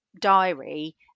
diary